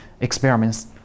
experiments